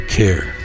care